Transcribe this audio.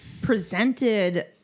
presented